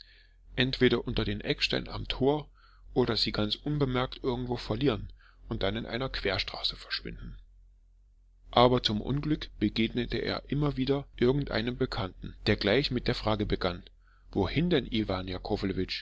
entweder unter den eckstein am tor oder sie ganz unbemerkt irgendwo verlieren und dann in einer querstraße verschwinden aber zum unglück begegnete er immer wieder irgendeinem bekannten der gleich mit der frage begann wohin denn iwan